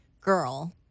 girl